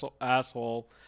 asshole